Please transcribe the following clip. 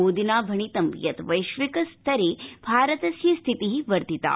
मोदिना भणितं यत् वैश्विक स्तरे भारतस्य स्थिति वर्धिता